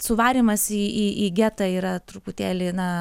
suvarymas į į į getą yra truputėlį na